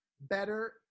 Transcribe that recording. better